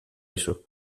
eso